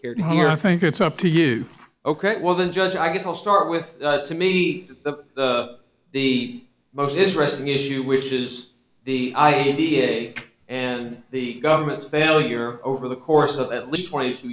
care to hear i think it's up to you ok well the judge i guess i'll start with to me the most interesting issue which is the idea and the government's failure over the course of at least twenty two